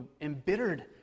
embittered